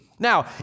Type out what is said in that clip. Now